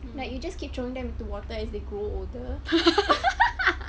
like you just keep throwing them to water as they grow older